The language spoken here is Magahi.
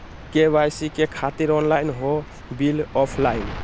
के.वाई.सी से खातिर ऑनलाइन हो बिल ऑफलाइन?